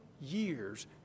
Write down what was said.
years